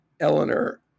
Eleanor